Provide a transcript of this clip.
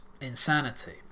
insanity